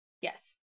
Yes